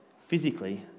physically